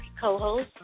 co-host